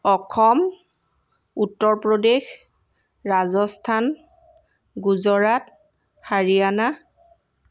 Assam Uttar Pradesh Rajasthan Gujarat Haryana